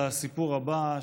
לסיפור הבא,